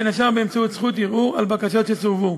בין השאר באמצעות זכות ערעור על בקשות שסורבו.